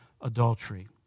adultery